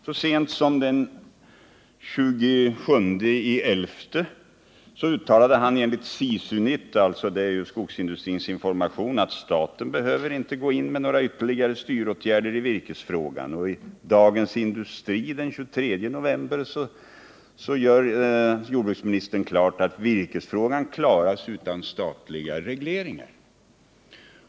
Så sent som den 27 november förra året uttalade han enligt SISU-Nytt — det är ju aktualitetsnytt från Skogsindustrins information: ”Staten behöver inte gå in med ytterligare styråtgärder i virkesfrågan.” Och i Dagens Industri den 23 november gör jordbruksministern klart att virkesfrågan klaras utan statliga regleringar.